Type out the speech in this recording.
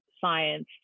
science